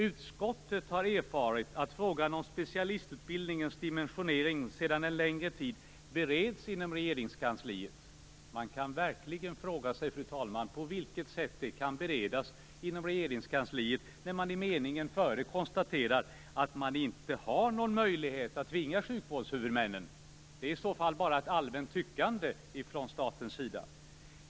Utskottet har erfarit att frågan om specialistutbildningens dimensionering sedan en längre tid bereds inom Regeringskansliet." Man kan verkligen fråga sig, fru talman, på vilket sätt det kan beredas inom Regeringskansliet när man i meningen före konstaterar att man inte har någon möjlighet att tvinga sjukvårdshuvudmännen. Det är i så fall bara ett allmänt tyckande från statens sida.